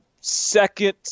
second